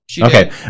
okay